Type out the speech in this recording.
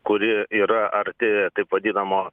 kuri yra arti taip vadinamo